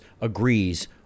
agrees